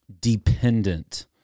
dependent